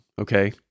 okay